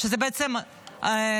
שזה בעצם שאילתה,